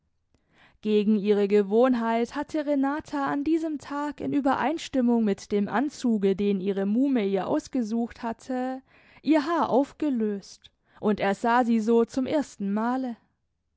gegen ihre gewohnheit hatte renata an diesem tag in übereinstimmung mit dem anzuge den ihre muhme ihr ausgesucht hatte ihr haar aufgelöst und er sah sie so zum erstenmale die